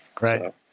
right